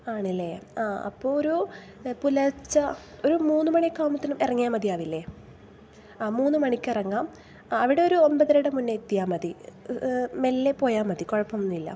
ആണല്ലേ ആ അപ്പോൾ ഒരു പുലർച്ച ഒരു മൂന്നുമണി ഒക്കെ ആകുമ്പത്തേനും ഇറങ്ങിയാൽ മതിയാവില്ലേ ആ മൂന്ന് മണിക്കിറങ്ങാം അവിടൊരു ഒമ്പതരയുടെ മുന്നേ ഇറങ്ങിയാൽ മതി മെല്ലെ പോയാൽ മതി കുഴപ്പമൊന്നും ഇല്ല